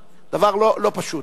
זה דבר לא פשוט.